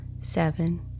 seven